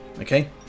Okay